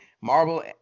Marvel